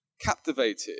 captivated